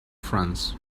france